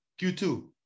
q2